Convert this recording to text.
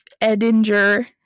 Edinger